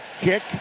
kick